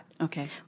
Okay